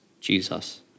Jesus